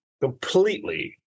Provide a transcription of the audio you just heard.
completely